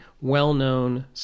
well-known